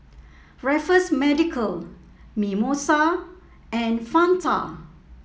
Raffles Medical Mimosa and Fanta